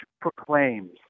proclaims